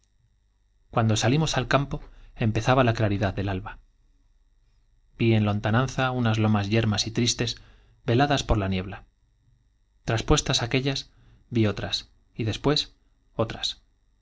cuando salimos al campo empezaba la claridad del alba vi en lonta nanza unas lomas yermas y tristes vejadas por la niebla traspuestas aquéllas vi otras y después otras